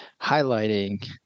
highlighting